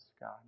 God